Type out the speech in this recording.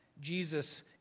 Jesus